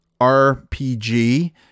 rpg